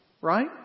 right